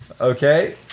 Okay